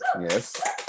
Yes